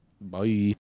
Bye